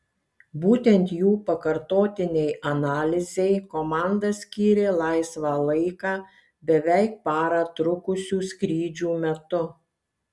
būtent jų pakartotinei analizei komanda skyrė laisvą laiką beveik parą trukusių skrydžių metu